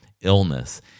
illness